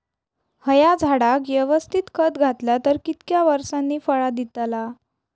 हया झाडाक यवस्तित खत घातला तर कितक्या वरसांनी फळा दीताला?